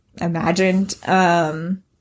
imagined